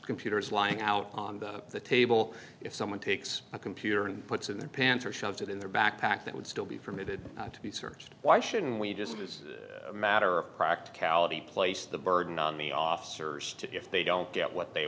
computer is lying out on the table if someone takes a computer and puts in their pants or shoves it in their backpack that would still be permitted to be searched why shouldn't we just as a matter of practicality place the burden on the officers to if they don't get what they